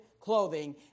clothing